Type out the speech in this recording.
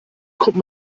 kommt